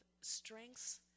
strengths